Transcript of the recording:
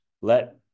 let